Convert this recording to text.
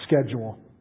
schedule